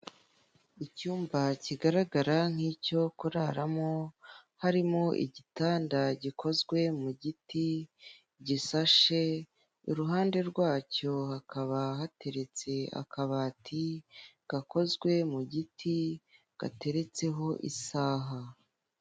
Icyumba kigaragara nk'icyo kuraramo harimo igitanda gikozwe mu giti gisashe, iruhande rwacyo hakaba hateretse akabati gakozwe mu giti gateretseho isaha.